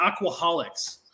Aquaholics